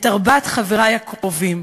את ארבעת חברי הקרובים: